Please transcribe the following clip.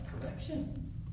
correction